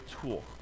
tool